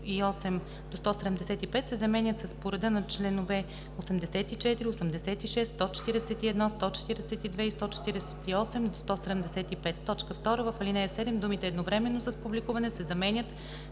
– 175“ се заменят с „по реда на чл. 84, 86, 141, 142 и 148 – 175“. 2. В ал. 7 думите „едновременно с публикуване“ се заменят